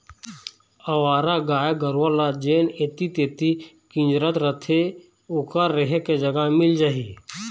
अवारा गाय गरूवा ल जेन ऐती तेती किंजरत रथें ओखर रेहे के जगा मिल जाही